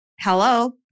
hello